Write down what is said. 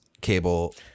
cable